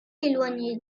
éloigné